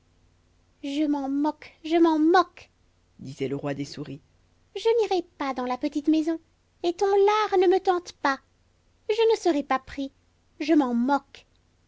je m'en moque je m'en moque disait le roi des souris je n'irai pas dans la petite maison et ton lard ne me tente pas je ne serai pas pris je m'en moque